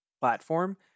platform